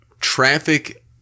traffic